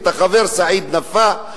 החבר סעיד נפאע,